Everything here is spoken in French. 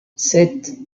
sept